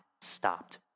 stopped